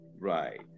right